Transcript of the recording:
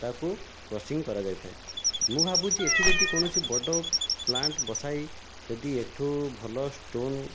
ତାକୁ କ୍ରଶିଂ କରାଯାଇଥାଏ ମୁଁ ଭାବୁଛି ଏଠି ଯଦି କୌଣସି ବଡ ପ୍ଲାଣ୍ଟ ବସାଇ ଯଦି ଏଠୁ ଭଲ ଷ୍ଟୋନ୍